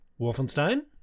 Wolfenstein